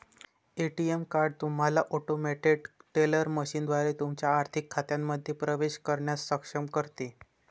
ATM card तुम्हाला automated teller मशीनद्वारे तुमच्या आर्थिक खात्यांमध्ये प्रवेश करण्यास सक्षम करते